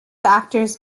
actors